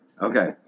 Okay